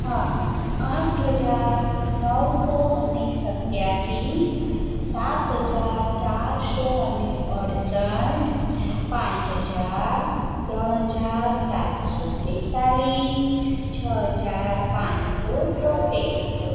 હા આઠ હજાર નવસો અને સત્યાશી સાત હજાર ચારસો અને અડસઠ પાંચ હજાર ત્રણ હજાર સાતસો બેતાળીસ છ હજાર પાંચસો તોંતેર